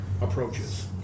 approaches